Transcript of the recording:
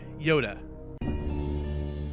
Yoda